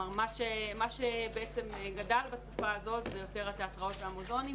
מה שבעצם גדל בתקופה הזאת זה יותר התיאטראות והמוזיאונים,